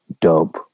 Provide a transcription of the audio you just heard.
Dope